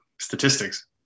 statistics